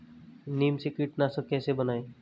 नीम से कीटनाशक कैसे बनाएं?